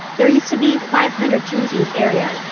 there used to be five hundred tombs in this area.